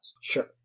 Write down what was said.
Sure